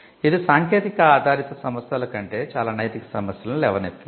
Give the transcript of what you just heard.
ఇది సాంకేతిక ఆధారిత సమస్యల కంటే చాలా నైతిక సమస్యలను లేవనెత్తింది